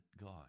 God